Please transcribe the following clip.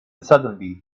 suddenly